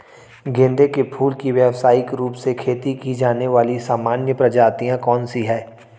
गेंदे के फूल की व्यवसायिक रूप से खेती की जाने वाली सामान्य प्रजातियां कौन सी है?